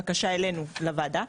בקשה אלינו לוועדה,